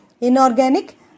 inorganic